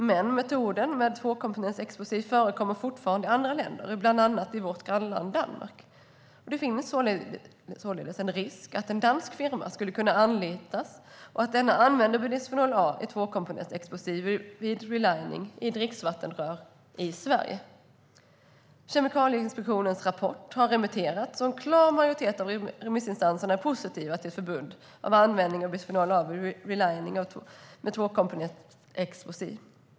Men metoden med tvåkomponents-epoxi förekommer fortfarande i andra länder, bland annat i vårt grannland Danmark. Det finns således en risk att en dansk firma skulle kunna anlitas och att den använder bisfenol A i tvåkomponentsepoxi vid relining av dricksvattenrör i Sverige. Kemikalieinspektionens rapport har remitterats, och en klar majoritet av remissinstanserna är positiv till ett förbud mot användning av bisfenol A vid relining med tvåkomponentsepoxi.